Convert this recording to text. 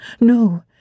No